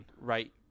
right